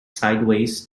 sideways